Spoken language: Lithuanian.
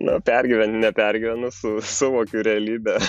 nu pergyvent nepergyvenu su savo realybe